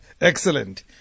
Excellent